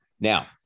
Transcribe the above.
Now